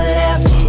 left